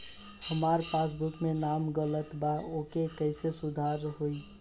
हमार पासबुक मे नाम गलत बा ओके कैसे सुधार होई?